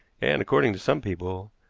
and, according to some people,